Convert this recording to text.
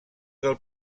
del